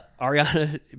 Ariana